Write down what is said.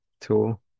tool